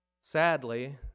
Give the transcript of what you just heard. Sadly